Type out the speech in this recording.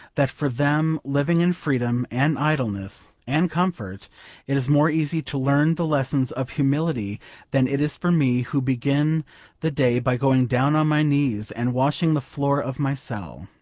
that for them living in freedom and idleness and comfort it is more easy to learn the lessons of humility than it is for me, who begin the day by going down on my knees and washing the floor of my cell.